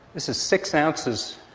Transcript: this is six ounces,